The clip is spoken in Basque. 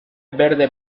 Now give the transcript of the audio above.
berde